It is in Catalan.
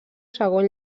segon